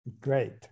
Great